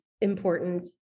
important